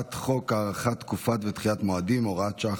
הצעת חוק הארכת תקופות ודחיית מועדים (הוראת שעה,